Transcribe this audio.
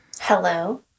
Hello